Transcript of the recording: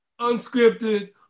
unscripted